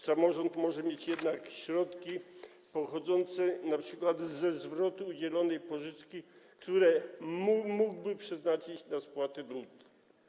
Samorząd może mieć jednak środki pochodzące np. ze zwrotu udzielonej pożyczki, które mógłby przeznaczyć na spłatę długów.